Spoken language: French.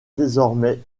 désormais